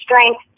strength